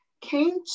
came